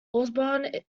osborne